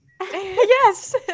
Yes